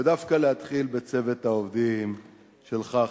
ודווקא להתחיל בצוות העובדים שלך,